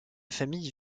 famille